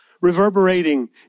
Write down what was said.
reverberating